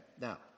Now